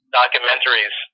documentaries